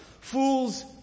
Fools